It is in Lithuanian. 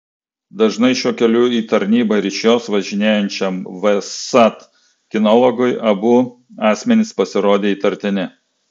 dažnai šiuo keliu į tarnybą ir iš jos važinėjančiam vsat kinologui abu asmenys pasirodė įtartini